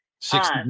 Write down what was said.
six